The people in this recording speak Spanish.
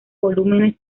volúmenes